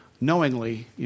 knowingly